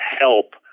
help